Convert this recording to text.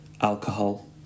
alcohol